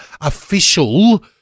official